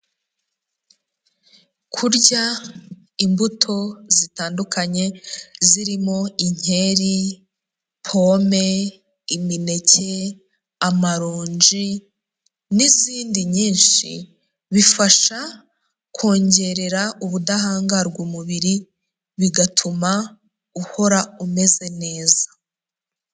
Kurya imbuto zitandukanye zirimo inkeri, pome, imineke, amaronji n'izindi nyinshi, bifasha kongerera ubudahangarwa umubiri, bigatuma uhora umeze neza.